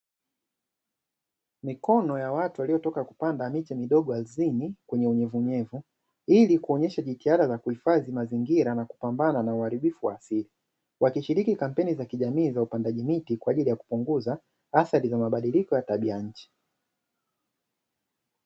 Mikono ya watu waliotoka kupanda miche midogo ardhizi kwenye unyevu nyevu ili kuonyesha jitihada za kuhifadhi mazingira na kupambana na uharibifu wa asili. Wakishiriki kampeni za kijamii za upandaji miti kwa ajili ya kupunguza athari za mabadiliko ya tabia ya nchi.